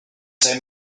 say